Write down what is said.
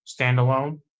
standalone